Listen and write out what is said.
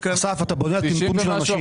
אסף, אתה בונה על טמטום של אנשים.